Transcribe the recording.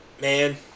man